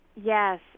Yes